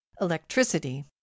electricity